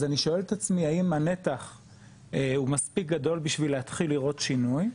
אז אני שואל את עצמי האם הנתח הוא מספיק גדול בשביל להתחיל לראות שינוי?